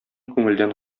күңелдән